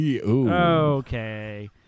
Okay